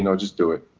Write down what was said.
and just do it.